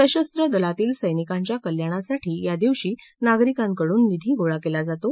सशस्त्र दलातील सैनिकांच्या कल्याणासाठी या दिवशी नागरिकांकडून निधी गोळा केला जातो